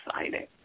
exciting